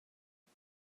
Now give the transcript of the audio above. hau